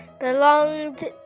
belonged